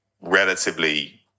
relatively